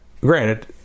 granted